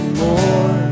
more